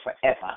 forever